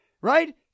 right